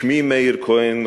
שמי מאיר כהן,